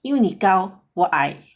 因为你高我矮